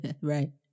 Right